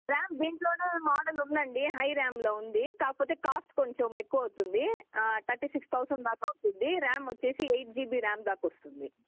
RAM దింట్లోనే model ఉంది అండి హై ర్యాంలో ఉంది కాకపోతే కాస్ట్ కొంచెం ఎక్కువ అవుతుంది థర్టీ సిక్స్ థౌసండ్ దాకా అవుతుంది ర్యాం వచ్చేసి ఎయిట్ జీబీ ర్యాం దాకా వస్తుంది